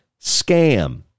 scam